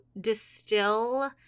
distill